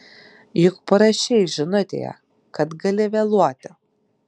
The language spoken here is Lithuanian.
juk parašei žinutėje kad gali vėluoti